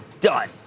done